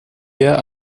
ihr